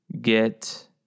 get